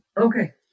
Okay